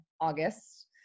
August